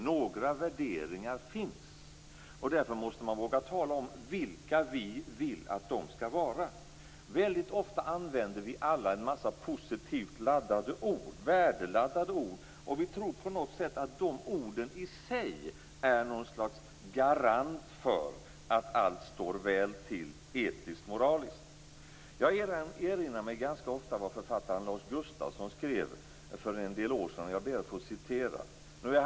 Några värderingar finns, och därför måste vi våga tala om vilka vi vill att de skall vara. Väldigt ofta använder vi alla en massa positivt laddade ord, värdeladdade ord, och vi tror på något sätt att de orden i sig är något slags garant för att allt står väl till etiskt/moraliskt. Jag erinrar mig ganska ofta vad författaren Lars Gustafsson skrev för en del år sedan, och jag ber att få citera det.